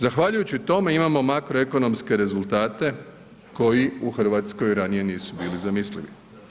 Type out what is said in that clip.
Zahvaljujući tome imamo makroekonomske rezultate koji u Hrvatskoj ranije nisu bili zamislivi.